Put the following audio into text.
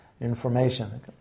information